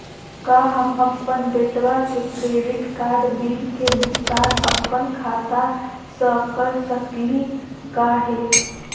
का हम अपन बेटवा के क्रेडिट कार्ड बिल के भुगतान अपन खाता स कर सकली का हे?